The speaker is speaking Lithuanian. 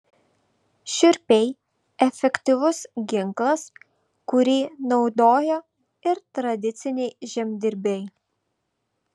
šiurpiai efektyvus ginklas kurį naudojo ir tradiciniai žemdirbiai